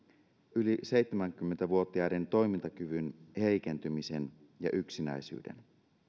yli seitsemänkymmentä vuotiaiden toimintakyvyn heikentymisen ja yksinäisyyden